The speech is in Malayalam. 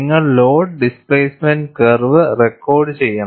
നിങ്ങൾ ലോഡ് ഡിസ്പ്ലേസ്മെന്റ് കർവ് റെക്കോർഡു ചെയ്യണം